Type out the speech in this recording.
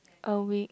a week